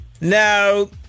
Now